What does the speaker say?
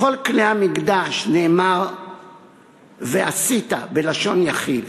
בכל כלי המקדש נאמר "ועשיתָ", בלשון יחיד,